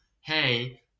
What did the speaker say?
Hey